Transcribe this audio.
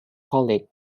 college